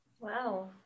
Wow